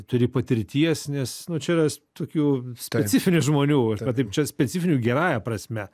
turi patirties nes nu čia yra tokių specifinių žmonių arba taip čia specifinių gerąja prasme